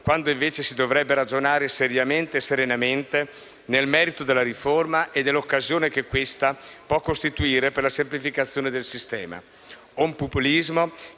quando invece si dovrebbe ragionare seriamente e serenamente nel merito della riforma e dell'occasione che essa può costituire per la semplificazione del sistema.